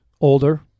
older